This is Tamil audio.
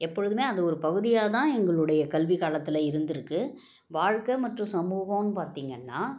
எப்பொழுதுமே அந்த ஒரு பகுதியாக தான் எங்களுடைய கல்விக் காலத்தில் இருந்திருக்கு வாழ்க்கை மற்றும் சமூகன்னு பார்த்தீங்கன்னா